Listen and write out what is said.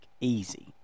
easy